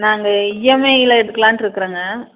நாங்கள் ஈஎம்ஐல எடுக்கலான்ட்டு இருக்கிறோங்க